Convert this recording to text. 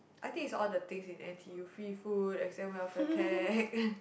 I think is all the things in n_t_u free food exam welfare pack